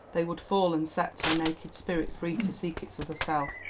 they would fall and set her naked spirit free to seek its other self.